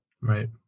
Right